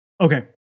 Okay